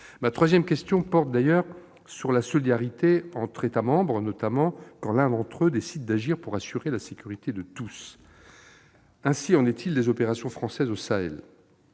Ma troisième question porte d'ailleurs sur la solidarité entre États membres, notamment quand l'un d'eux décide d'agir pour assurer la sécurité de tous. Ainsi en est-il des opérations françaises au Sahel.